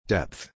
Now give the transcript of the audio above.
Depth